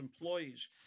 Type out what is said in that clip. employees